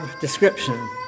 description